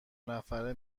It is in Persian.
نفره